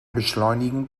beschleunigen